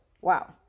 wow